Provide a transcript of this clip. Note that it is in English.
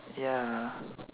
ya